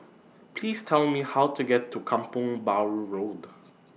Please Tell Me How to get to Kampong Bahru Road